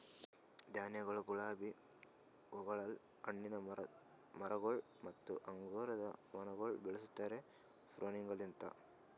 ಧಾನ್ಯಗೊಳ್, ಗುಲಾಬಿ ಹೂಗೊಳ್, ಹಣ್ಣಿನ ಮರಗೊಳ್ ಮತ್ತ ಅಂಗುರದ ವೈನಗೊಳ್ ಬೆಳುಸ್ತಾರ್ ಪ್ರೂನಿಂಗಲಿಂತ್